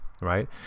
right